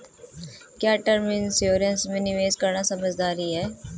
क्या term insurance में निवेश करना समझदारी है?